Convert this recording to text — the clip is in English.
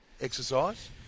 exercise